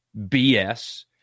BS